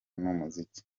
n’umuziki